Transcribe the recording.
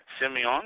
Simeon